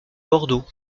bordeaux